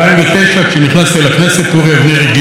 אורי אבנרי הגיע לבקר כאן ונפגשנו.